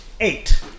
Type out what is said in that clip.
Eight